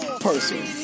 person